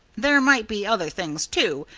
there might be other things, too,